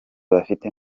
bafite